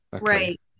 Right